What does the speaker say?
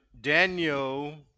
Daniel